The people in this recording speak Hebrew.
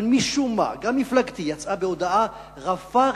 אבל משום מה גם מפלגתי יצאה בהודעה רפה,